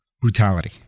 brutality